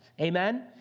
Amen